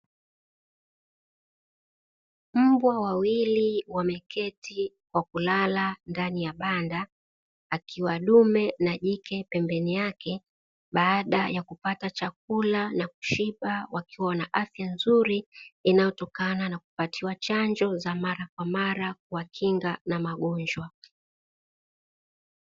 Mbwa wawili wameketi kwa kulala ndani ya banda ambao ni dume na jike pembeni yake. Baada ya kupata chakula na kushiba wakiwa na afya nzuri inayotokana na kupatiwa chanjo za mara kwa mara zinazowakinga na magonjwa.